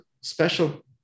special